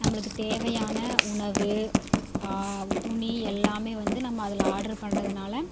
நம்மளுக்கு தேவையான உணவு துணி எல்லாமே வந்து நம்ம அதில் ஆட்ரு பண்ணுறதுனால